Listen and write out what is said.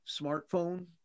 smartphone